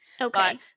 Okay